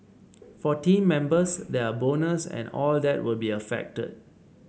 for team members their bonus and all that will be affected